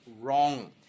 wrong